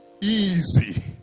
Easy